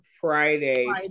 Friday